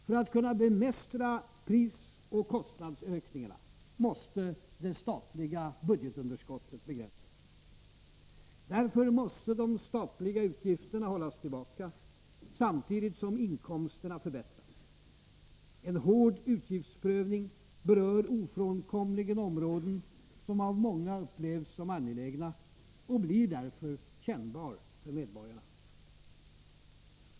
För att kunna bemästra prisoch kostnadsökningarna måste det statliga budgetunderskottet begränsas. Därför måste de statliga utgifterna hållas tillbaka samtidigt som inkomsterna förbättras. En hård utgiftsprövning berör ofrånkomligen områden som av många upplevs som angelägna och blir därför kännbar för medborgarna.